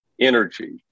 energy